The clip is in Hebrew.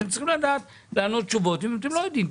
אתם צריכים לדעת לתת תשובות ואם אתם לא יודעים,